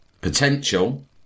Potential